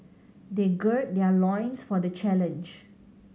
they gird their loins for the challenge